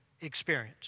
experience